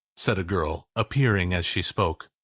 said a girl, appearing as she spoke.